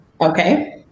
Okay